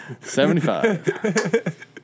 Seventy-five